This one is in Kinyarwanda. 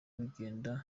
rugenda